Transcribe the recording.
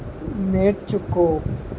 నేర్చుకో